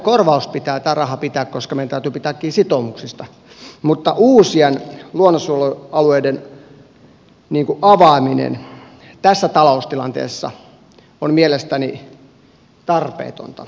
toki tämä korvausraha pitää pitää koska meidän täytyy pitää kiinni sitoumuksista mutta uusien luonnonsuojelualueiden avaaminen tässä taloustilanteessa on mielestäni tarpeetonta